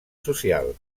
social